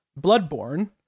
Bloodborne